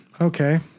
Okay